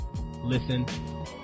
listen